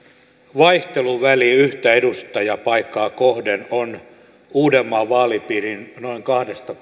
vaihteluväli yhtä edustajanpaikkaa kohden on uudenmaan vaalipiirin noin kahdesta